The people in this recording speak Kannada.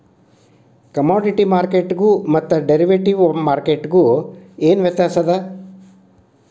ಕಾಮೊಡಿಟಿ ಮಾರ್ಕೆಟ್ಗು ಮತ್ತ ಡೆರಿವಟಿವ್ ಮಾರ್ಕೆಟ್ಗು ಏನ್ ವ್ಯತ್ಯಾಸದ?